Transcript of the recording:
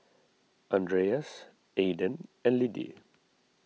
andreas Aiden and Liddie